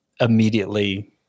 immediately